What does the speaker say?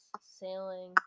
sailing